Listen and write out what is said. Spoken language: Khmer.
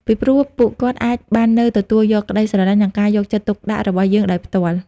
ពីព្រោះពួកគាត់អាចបាននៅទទួលយកក្តីស្រឡាញ់ និងការយកចិត្តទុកដាក់របស់យើងដោយផ្ទាល់។